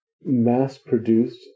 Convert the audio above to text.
mass-produced